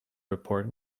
report